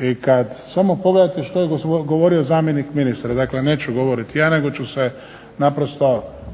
i kad samo pogledate što je govorio zamjenik ministra, dakle neću govorit ja nego ću se naprosto